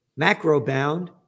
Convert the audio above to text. Macrobound